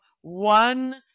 one